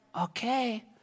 okay